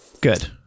Good